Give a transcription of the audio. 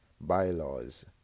Bylaws